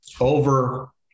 over